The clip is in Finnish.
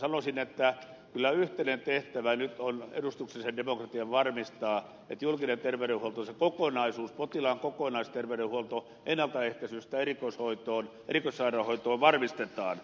sanoisin että kyllä yhteinen tehtävä nyt on edustuksellisen demokratian varmistaa että julkinen terveydenhuolto se kokonaisuus potilaan kokonaisterveydenhuolto ennaltaehkäisystä erikoissairaanhoitoon varmistetaan